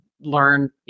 learn